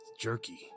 jerky